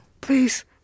please